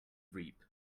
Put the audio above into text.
reap